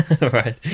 Right